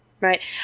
right